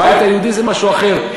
הבית היהודי זה משהו אחר.